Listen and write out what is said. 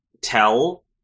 tell